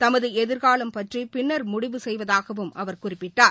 தமது எதிர்காலம் பற்றி பின்னர் முடிவு செய்வதாகவும் அவர் குறிப்பிட்டார்